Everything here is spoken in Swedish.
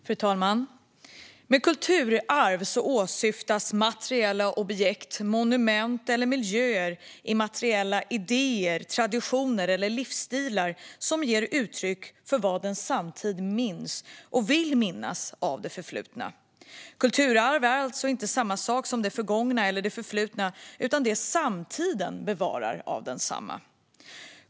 Fru talman! Med kulturarv åsyftas materiella objekt, monument eller miljöer och immateriella idéer, traditioner eller livsstilar som ger uttryck för vad ens samtid minns och vill minnas av det förflutna. Kulturarv är alltså inte samma sak som det förgångna eller det förflutna, utan det är det som samtiden bevarar av densamma.